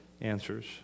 answers